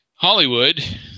Hollywood